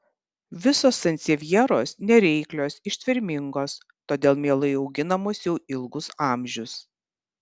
visos sansevjeros nereiklios ištvermingos todėl mielai auginamos jau ilgus amžius